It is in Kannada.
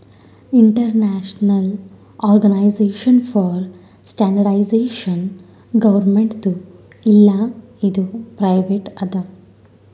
ಇಂಟರ್ನ್ಯಾಷನಲ್ ಆರ್ಗನೈಜೇಷನ್ ಫಾರ್ ಸ್ಟ್ಯಾಂಡರ್ಡ್ಐಜೇಷನ್ ಗೌರ್ಮೆಂಟ್ದು ಇಲ್ಲ ಇದು ಪ್ರೈವೇಟ್ ಅದಾ